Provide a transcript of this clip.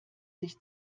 sich